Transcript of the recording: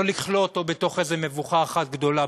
לא לכלוא אותו בתוך איזו מבוכה אחת גדולה,